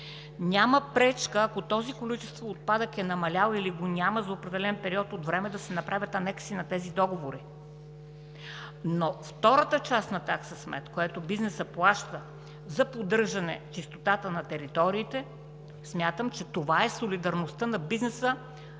Няма пречка, ако това количество отпадък е намалял или го няма за определен период от време, да се направят анекси към тези договори, но втората част на такса смет, която бизнесът плаща за поддържане чистотата на териториите, смятам, че това е солидарността на бизнеса